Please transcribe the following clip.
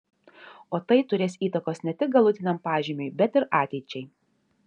o tai turės įtakos ne tik galutiniam pažymiui bet ir ateičiai